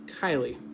kylie